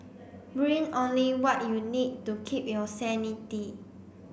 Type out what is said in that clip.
bring only what you need to keep your sanity